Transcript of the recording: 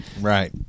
Right